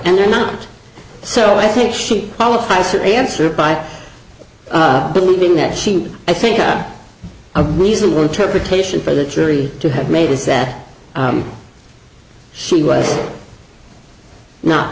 and they're not so i think she qualifies for the answer by believing that she i think i have a reasonable interpretation for the jury to have made is that she was not